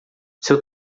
seu